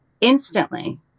instantly